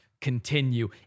continue